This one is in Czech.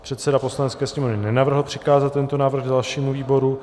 Předseda Poslanecké sněmovny nenavrhl přikázat tento návrh dalšímu výboru.